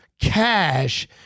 cash